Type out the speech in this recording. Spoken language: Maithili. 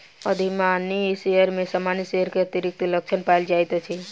अधिमानी शेयर में सामान्य शेयर के अतिरिक्त लक्षण पायल जाइत अछि